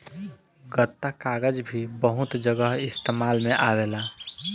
गत्ता कागज़ भी बहुत जगह इस्तेमाल में आवेला